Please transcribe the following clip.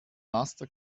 laster